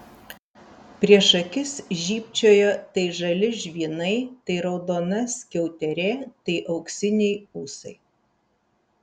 prieš akis žybčiojo tai žali žvynai tai raudona skiauterė tai auksiniai ūsai